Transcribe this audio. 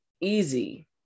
easy